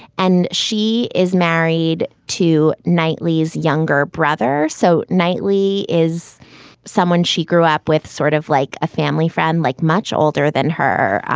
and she is married to knightley's younger brother. so knightley is someone she grew up with, sort of like a family friend, like much older than her.